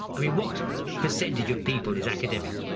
i mean what percentage of people is academic?